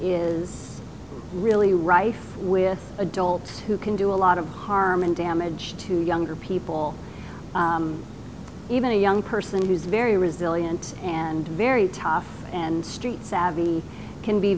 is really right with adults who can do a lot of harm and damage to younger people even a young person who's very resilient and very tough and street savvy can be